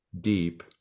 deep